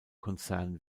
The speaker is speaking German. konzern